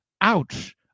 ouch